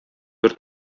бер